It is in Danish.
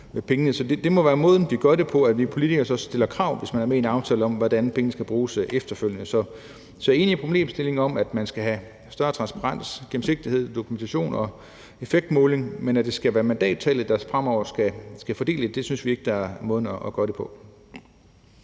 Det må være måden, vi gør det på, altså at vi politikere stiller krav, hvis vi er med en aftale, om, hvordan pengene skal bruges efterfølgende. Så jeg er enig i problemstillingen, og at man skal have større transparens, gennemsigtighed, dokumentation og effektmåling, men at det skal være mandattallet, der fremover skal fordele midlerne, synes vi ikke er måden at gøre det på.